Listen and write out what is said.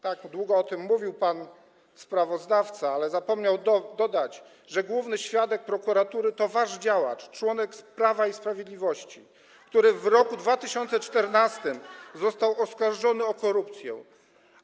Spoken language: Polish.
Tak długo o tym mówił pan sprawozdawca, ale zapomniał dodać, że główny świadek prokuratury to wasz działacz, członek Prawa i Sprawiedliwości, który w roku 2014 został oskarżony o korupcję.